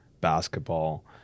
basketball